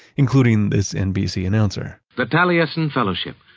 including this nbc announcer the taliesin fellowship,